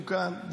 הוא כאן,